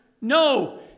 No